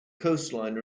coastline